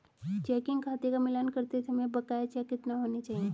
Checking खाते का मिलान करते समय बकाया चेक कितने होने चाहिए?